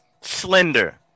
slender